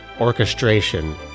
orchestration